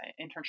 internship